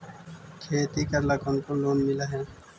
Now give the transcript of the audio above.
खेती करेला कौन कौन लोन मिल हइ?